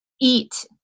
eat